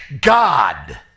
God